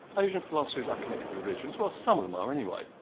asian philosophies are connected with religions, well some of them are anyway,